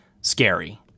scary